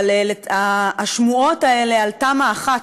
אבל השמועות האלה על תמ"א 1,